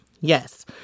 yes